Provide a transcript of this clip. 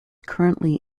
currently